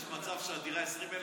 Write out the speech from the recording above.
יש מצב שהדירה 20,000 מטר?